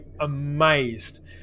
amazed